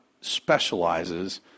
specializes